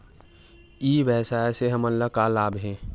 ई व्यवसाय से हमन ला का लाभ हे?